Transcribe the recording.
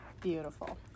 Beautiful